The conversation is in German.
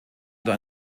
oder